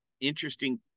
interesting